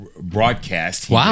broadcast